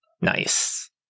Nice